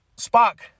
Spock